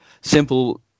simple